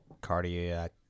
cardiac